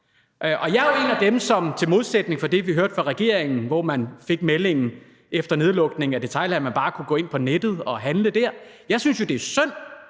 og jeg er jo en af dem, som i modsætning til det, vi hørte fra regeringen, hvor meldingen, man fik efter nedlukningen af detailhandelen, var, at man bare kunne gå ind på nettet og handle dér, synes, det er synd,